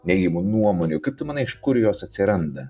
neigiamų nuomonių kaip tu manai iš kur jos atsiranda